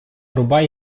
рубай